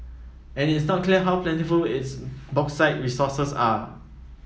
and it's not clear how plentiful its bauxite resources are